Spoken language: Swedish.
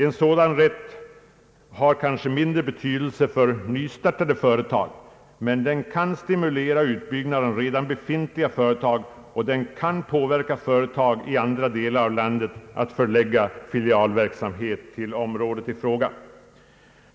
En sådan rätt har kanske mindre betydelse för nystartade företag, men den kan stimulera utbyggnad av redan befintliga företag och den kan påverka företag i andra delar av landet att förlägga filialverksamhet till området i fråga.